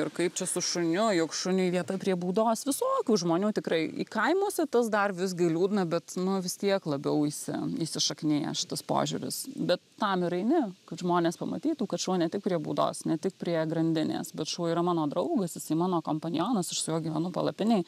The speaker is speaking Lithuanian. ir kaip čia su šuniu juk šuniui vieta prie būdos visokių žmonių tikrai į kaimuose tas dar visgi liūdna bet nu vistiek labiau įsi įsišaknijęs šitas požiūris bet tam ir eini kad žmonės pamatytų kad šuo ne tik prie būdos ne tik prie grandinės bet šuo yra mano draugas jisai mano kompanionas aš su juo gyvenu palapinėj